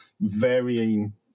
varying